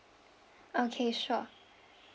okay sure